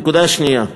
נקודה שנייה: